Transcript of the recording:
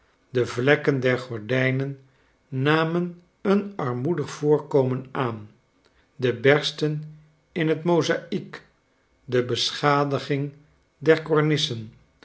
de vlekken der gordijnen namen een armoedig voorkomen aan de bersten in het mozaïek de beschadiging